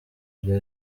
bya